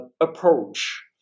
approach